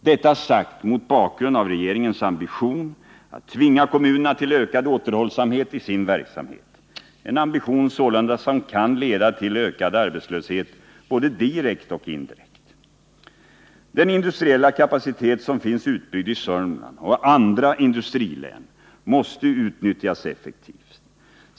Detta sagt mot bakgrund av regeringens ambition att tvinga kommunerna till ökad återhållsamhet i sin verksamhet, en ambition som sålunda kan leda till ökad arbetslöshet, både direkt och indirekt. Den industriella kapacitet som finns utbyggd i Sörmland och andra industrilän måste utnyttjas effektivt.